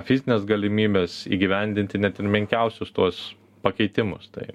fizines galimybes įgyvendinti net ir menkiausius tuos pakeitimus tai